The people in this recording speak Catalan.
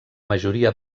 majoria